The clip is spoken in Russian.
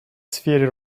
сфере